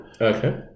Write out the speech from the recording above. Okay